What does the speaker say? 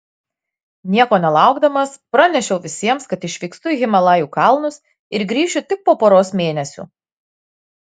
nieko nelaukdamas pranešiau visiems kad išvykstu į himalajų kalnus ir grįšiu tik po poros mėnesių